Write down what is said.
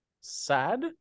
sad